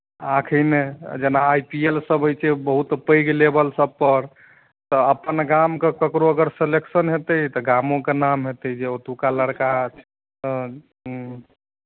आखिरीमे जेना I P L सभ होइत छै ओ बहुत पैघ लेवल सभपर तऽ अपन गामके अगर ककरो सेलेक्शन हेतै तऽ गामोके नाम हेतै जे ओतुका लड़का